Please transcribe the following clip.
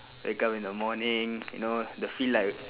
wake up in the morning you know the feel like